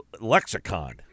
lexicon